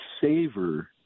savor